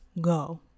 go